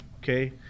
Okay